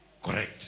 Correct